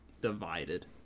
divided